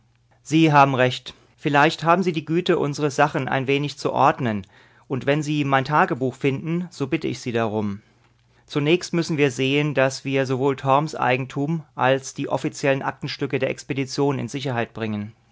sie haben recht vielleicht haben sie die güte unsere sachen ein wenig zu ordnen und wenn sie mein tagebuch finden so bitte ich sie darum zunächst müssen wir sehen daß wir sowohl torms eigentum als die offiziellen aktenstücke der expedition in sicherheit bringen